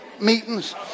meetings